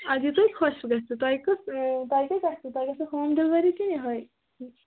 اَدٕ یہِ تُہۍ خۄش گژھِوٕ تۄہہ کُس تۄہہِ کیٛاہ گژھِوٕ تۄہہِ گژھِوٕ ہوم ڈِلؤری کِنہٕ یِہوٚے